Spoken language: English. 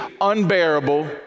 unbearable